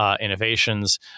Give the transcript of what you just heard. Innovations